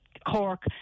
Cork